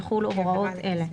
יחולו הוראות אלה: